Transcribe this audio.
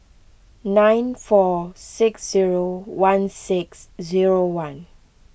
nine four six zero one six zero one